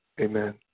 amen